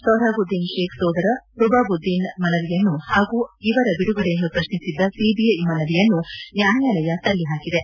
ಸೊಪ್ರಾಬುದ್ದೀನ್ ಷೇಕ್ ಸೋದರ ರುಬಾಬುದ್ದೀನ್ ಮನವಿಯನ್ನು ಪಾಗೂ ಇವರ ಬಿಡುಗಡೆಯನ್ನು ಪ್ರಶ್ನಿಸಿದ್ದ ಸಿಬಿಐ ಮನವಿಯನ್ನು ನ್ಯಾಯಾಲಯ ತಳ್ಳಿಹಾಕಿದೆ